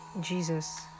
Jesus